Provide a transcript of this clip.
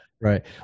Right